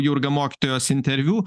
jurga mokytojos interviu